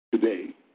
today